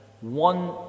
one